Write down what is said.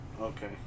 Okay